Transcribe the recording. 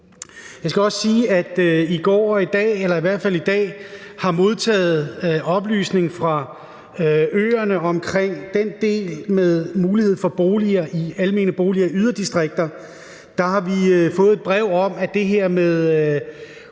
Jeg skal også sige, at vi i dag har modtaget oplysning fra øerne omkring den del med mulighed for almene boliger i yderdistrikter. Vi har fået et brev om det her med 100